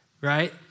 right